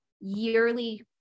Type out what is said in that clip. yearly